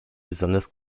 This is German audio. besonders